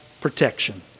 protection